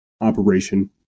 Operation